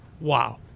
Wow